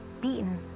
beaten